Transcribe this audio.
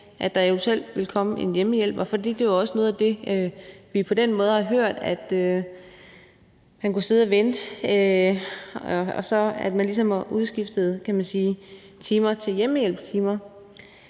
at der eventuelt vil komme en hjemmehjælper. For det er jo også noget af det, vi har hørt, altså at man på den måde kan sidde og vente på, at man ligesom har udskiftet timerne til hjemmehjælpstimer.